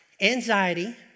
Anxiety